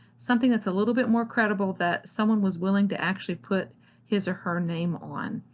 something that's a little bit more credible that someone was willing to actually put his or her name on.